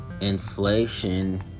inflation